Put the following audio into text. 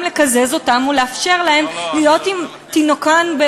לקזז אותן ולאפשר להן להיות עם תינוקן,